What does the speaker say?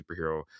superhero